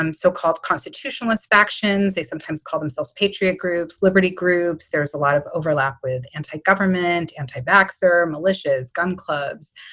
um so-called constitutionalist factions. they sometimes call themselves patriot groups, liberty groups. there's a lot of overlap with anti-government and tiebacks or militias, gun clubs,